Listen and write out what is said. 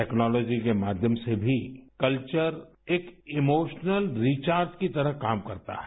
technology के माध्यम से भी कल्चर एक इमोशनल रिचार्ज की तरह काम करता है